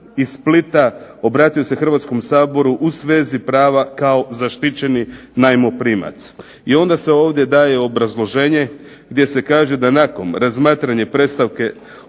iz Splita obratio se Hrvatskom saboru u svezi prava kao zaštićeni najmoprimac" i onda se ovdje daje obrazloženje gdje se kaže da "Nakon razmatranja predstavke